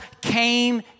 came